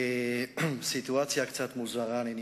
אני נמצא בסיטואציה קצת מוזרה.